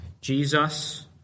Jesus